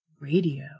radio